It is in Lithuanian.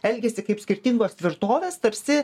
elgiasi kaip skirtingos tvirtovės tarsi